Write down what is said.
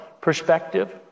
perspective